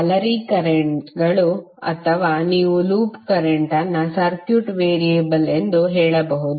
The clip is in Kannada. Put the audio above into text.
ಜಾಲರಿ ಕರೆಂಟ್ಗಳು ಅಥವಾ ನೀವು ಲೂಪ್ ಕರೆಂಟ್ ಅನ್ನು ಸರ್ಕ್ಯೂಟ್ ವೇರಿಯಬಲ್ ಎಂದು ಹೇಳಬಹುದು